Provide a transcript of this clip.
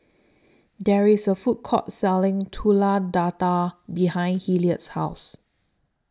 There IS A Food Court Selling Telur Dadah behind Hilliard's House